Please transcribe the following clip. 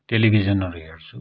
टेलिभिजनहरू हेर्छु